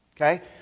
Okay